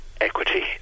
equity